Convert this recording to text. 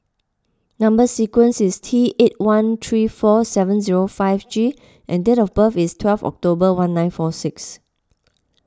Number Sequence is T eight one three four seven zero five G and date of birth is twelve October nineteen fory six